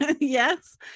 Yes